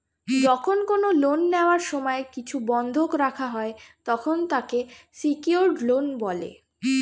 যখন কোন লোন নেওয়ার সময় কিছু বন্ধক রাখা হয়, তখন তাকে সিকিওরড লোন বলে